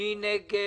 מי נגד?